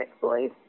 boys